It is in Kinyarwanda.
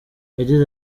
yagize